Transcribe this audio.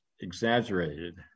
exaggerated